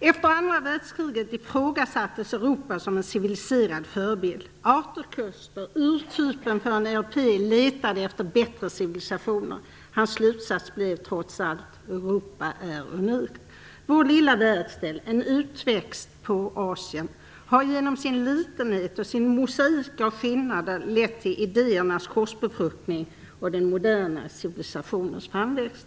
Efter andra världskriget ifrågasattes Europa som civiliserad förebild. Arthur Koestler, urtypen för en europé, letade efter bättre civilisationer. Hans slutsats blev trots allt att Europa är unikt. Vår lilla världsdel, "en utväxt" på Asien, har genom sin litenhet och sin mosaik av skillnader lett till "idéernas korsbefruktning" och den moderna civilisationens framväxt.